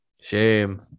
Shame